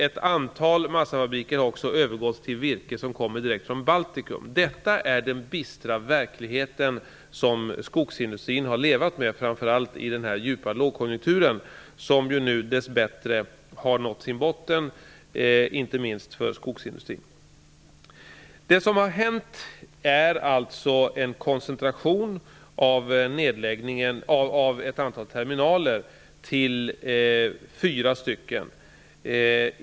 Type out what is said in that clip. Ett antal massafabriker har också övergått till virke från Baltikum. Detta är den bistra verklighet som skogsindustrin har levt med, framför allt i denna djupa lågkonjunktur. Den har nu dess bättre nått sin botten, inte minst för skogsindustrin. Det har alltså skett en koncentration av antalet terminaler till fyra.